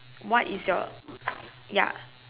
what is your ya